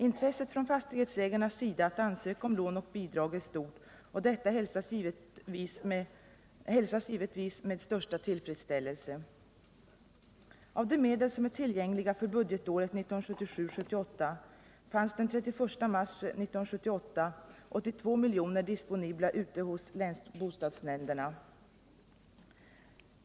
Intresset från fastighetsägarnas sida att ansöka om lån och bidrag är stort, och detta hälsas givetvis med största tillfredsställelse. Av de medel som är tuillgänghga för budgetåret 1977/78 fanns den 31 mars 1978 82 milj.kr. disponibla ute hos länsbostadsnämnderna.